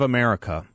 America